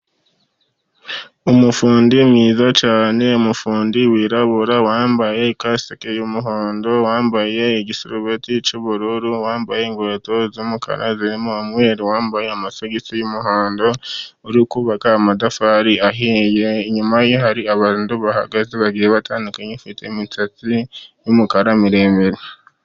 Umufundi mwiza cyane, umufundi wirabura wambaye ikaseke y'umuhondo, wambaye igisarubeti cy''ubururu, wambaye inkweto z'umukara zirimo umweru, wambaye amasogisi y'umuhondo, uri kubaka amatafari ahiye. Inyuma ye hari abantu bahagaze babiri batandukanye, afite imisatsi y'umukara miremire.